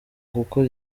kuko